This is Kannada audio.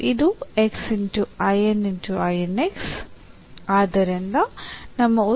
ಮತ್ತು ಇದು